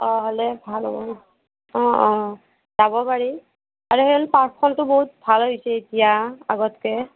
অঁ হ'লে ভাল হ'ব অঁ অঁ অঁ যাব পাৰি পাৰ্কখনতো বহুত ভাল হৈছে এতিয়া আগতকৈ